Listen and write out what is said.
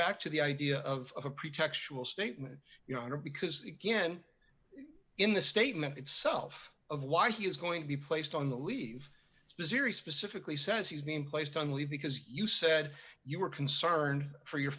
back to the idea of a pretextual statement you know because again in the statement itself of why he is going to be placed on the leave the series specifically says he's been placed on leave because you said you were concerned for your